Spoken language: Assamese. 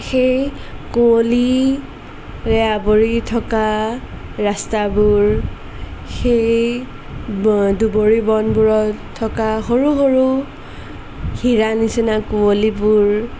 সেই কুঁৱলীৰে আৱৰি থকা ৰাস্তাবোৰ সেই দূবৰি বনবোৰত থকা সৰু সৰু হীৰাৰ নিচিনা কুঁৱলীবোৰ